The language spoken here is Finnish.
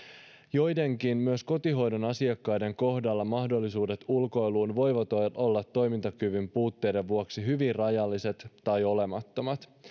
joidenkin kotihoidon asiakkaiden kohdalla mahdollisuudet ulkoiluun voivat olla olla toimintakyvyn puutteiden vuoksi hyvin rajalliset tai olemattomat ja